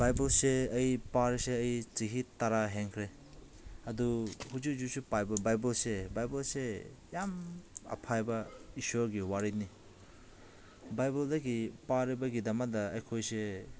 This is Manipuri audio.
ꯕꯥꯏꯕꯜꯁꯦ ꯑꯩ ꯄꯥꯔꯤꯁꯦ ꯑꯩ ꯆꯍꯤ ꯇꯔꯥ ꯍꯦꯟꯈ꯭ꯔꯦ ꯑꯗꯨ ꯍꯧꯖꯤꯛ ꯍꯧꯖꯤꯛꯁꯨ ꯄꯥꯏꯕ ꯕꯥꯏꯕꯜꯁꯦ ꯕꯥꯏꯕꯜꯁꯦ ꯌꯥꯝ ꯑꯐꯕ ꯏꯁꯣꯔꯒꯤ ꯋꯥꯔꯤꯅꯤ ꯕꯥꯏꯕꯜꯗꯒꯤ ꯄꯥꯔꯤꯕꯒꯤꯗꯃꯛꯇ ꯑꯩꯈꯣꯏꯁꯦ